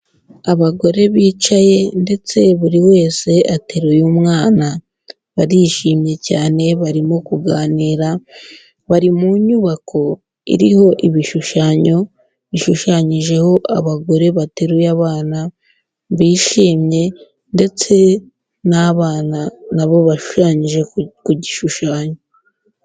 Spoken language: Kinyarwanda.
Abagore bicaye ndetse buri wese ateruye umwana, barishimye cyane, barimo kuganira, bari mu nyubako iriho ibishushanyo bishushanyijeho abagore bateruye abana bishimye, ndetse n'abana nabo bashushanyije ku gishushanyo.